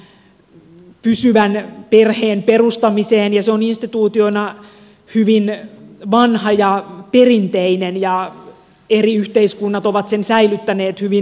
siinähän tähdätään pysyvän perheen perustamiseen ja se on instituutiona hyvin vanha ja perinteinen ja eri yhteiskunnat ovat sen säilyttäneet hyvin pitkään